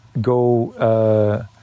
go